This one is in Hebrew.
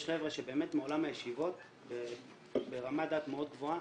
יש חבר'ה מעולם הישיבות ברמת דת מאוד גבוהה